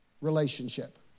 Relationship